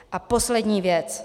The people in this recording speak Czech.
A poslední věc.